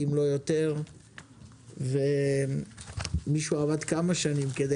אם לא יותר ומישהו עבד כמה שנים כדי